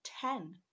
ten